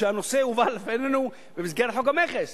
אלא כשהנושא הובא בפנינו במסגרת חוק המכס,